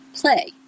Play